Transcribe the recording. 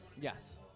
Yes